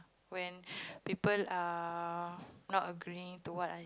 when people are not agreeing to what I